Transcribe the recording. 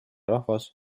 rahvas